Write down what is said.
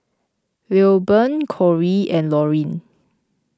Lilburn Corrie and Laurene